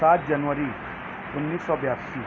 سات جنوری انیس سو بیاسی